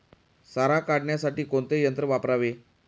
सारा काढण्यासाठी कोणते यंत्र वापरावे?